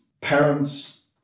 parents